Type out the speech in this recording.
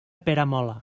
peramola